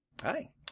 hi